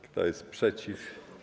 Kto jest przeciw?